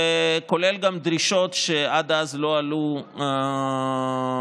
כולל דרישות שעד אז לא עלו לשולחן,